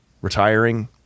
retiring